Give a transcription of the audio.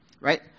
Right